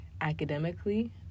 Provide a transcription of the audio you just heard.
academically